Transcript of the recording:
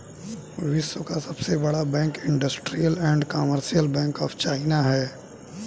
विश्व का सबसे बड़ा bank industrial and commercial bank of China है